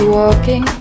walking